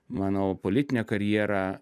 mano politinę karjerą